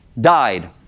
died